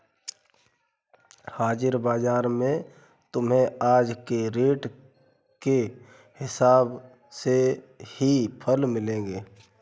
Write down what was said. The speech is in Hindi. हाजिर बाजार में तुम्हें आज के रेट के हिसाब से ही फल मिलेंगे